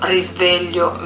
Risveglio